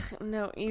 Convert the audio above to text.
no